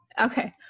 Okay